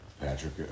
Patrick